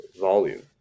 volume